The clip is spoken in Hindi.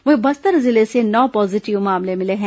वहीं बस्तर जिले से नौ पॉजिटिव मामले मिले हैं